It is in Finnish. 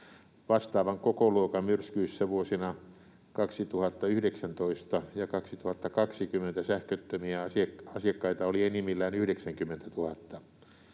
Vastaavan kokoluokan myrskyissä vuosina 2019 ja 2020 sähköttömiä asiakkaita oli enimmillään 90 000.